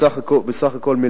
בסך הכול,